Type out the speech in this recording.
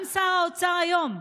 גם שר האוצר היום,